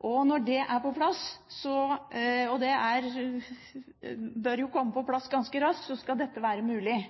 Når det er på plass – og det bør komme på plass ganske raskt – skal dette være mulig.